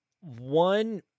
one